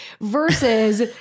Versus